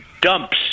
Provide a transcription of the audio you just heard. dumps